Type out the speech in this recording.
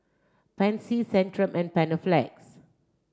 Pansy Centrum and Panaflex